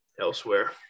elsewhere